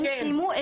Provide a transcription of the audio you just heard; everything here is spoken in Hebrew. הם סיימו,